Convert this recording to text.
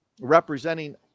representing